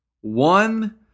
one